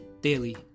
Daily